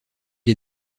est